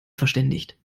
verständigt